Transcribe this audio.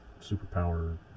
superpower